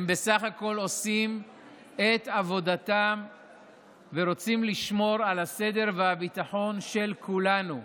הם בסך הכול עושים את עבודתם ורוצים לשמור על הסדר והביטחון של כולנו.